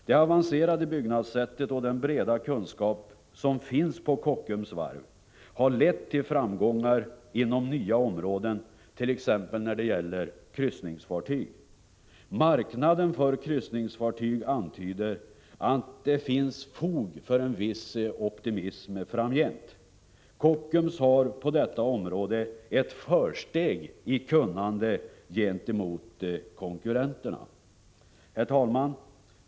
Det avancerade byggnadssättet och den breda kunskap som finns på Kockums varv har lett till framgångar inom nya områden, t.ex. när det gäller kryssningsfartyg. Marknaden för kryssningsfartyg antyder att det finns fog för en viss optimism framgent. Kockums har på detta område ett försteg i kunnande gentemot konkurrenterna. Herr talman!